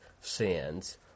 sins